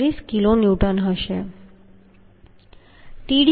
36 kilonewton હશે